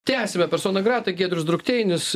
tęsiame persona grata giedrius drukteinis